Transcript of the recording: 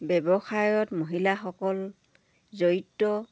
ব্যৱসায়ত মহিলাসকল জড়িত